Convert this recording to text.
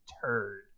turd